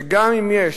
שגם אם יש,